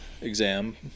exam